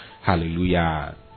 Hallelujah